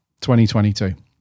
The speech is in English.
2022